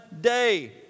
day